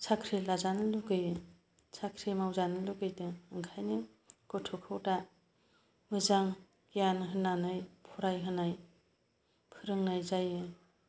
साख्रि लाजानो लुगैयो साख्रि मावजानो लुगैदों ओंखायनो गथ'खौ दा मोजां गियान होनानै फरायहोनाय फोरोंनाय जायो